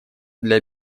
для